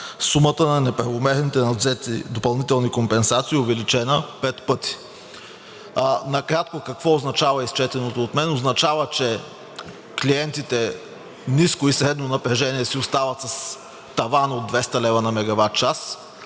сумата на неправомерните надвзети допълнителни компенсации, увеличена пет пъти.“ Накратко, какво означава изчетеното от мен? Означава, че клиентите ниско и средно напрежение си остават с таван от 200 лв. на мегаватчас,